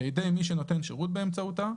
בידי מי שנותן שירות באמצעותה,